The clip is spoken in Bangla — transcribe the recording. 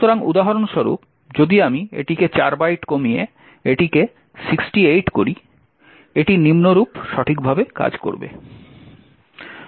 সুতরাং উদাহরণস্বরূপ যদি আমি এটিকে 4 বাইট কমিয়ে এটিকে 68 করি এটি নিম্নরূপ সঠিকভাবে কাজ করবে